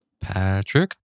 Patrick